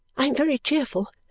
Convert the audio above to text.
i am very cheerful,